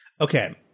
Okay